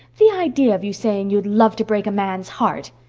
the idea of you saying you'd love to break a man's heart!